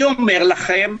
אני אומר לכם,